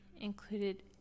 included